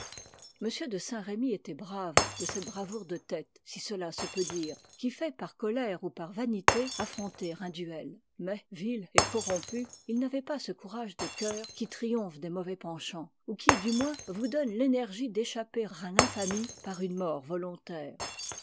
m de saint-remy était brave de cette bravoure de tête si cela se peut dire qui fait par colère ou par vanité affronter un duel mais vil et corrompu il n'avait pas ce courage de coeur qui triomphe des mauvais penchants ou qui du moins vous donne l'énergie d'échapper à l'infamie par une mort volontaire